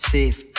Safe